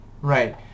Right